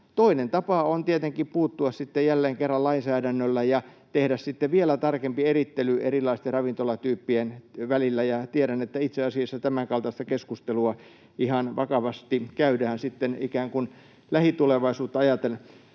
Toinen tapa on tietenkin puuttua sitten jälleen kerran lainsäädännöllä ja tehdä sitten vielä tarkempi erittely erilaisten ravintolatyyppien välillä — ja tiedän, että itse asiassa tämänkaltaista keskustelua ihan vakavasti käydään ikään kuin lähitulevaisuutta ajatellen.